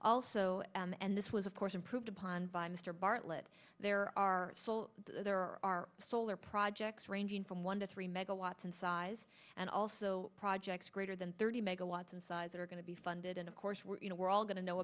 also and this was of course improved upon by mr bartlett there are there are solar projects ranging from one to three megawatts in size and also projects greater than thirty megawatts in size are going to be funded and of course you know we're all going to know